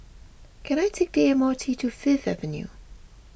can I take the M R T to Fifth Avenue